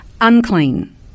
unclean